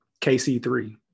KC3